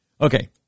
Okay